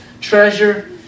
treasure